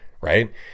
right